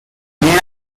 nine